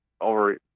over